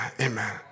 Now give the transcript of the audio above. Amen